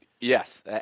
Yes